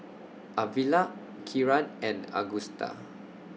Arvilla Kieran and Agusta